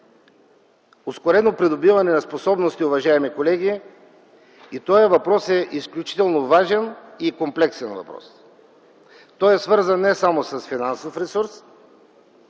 ускорено придобиване на способности, уважаеми колеги. Тоя въпрос е изключително важен и комплексен. Той е свързан не само с финансов ресурс,